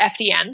FDN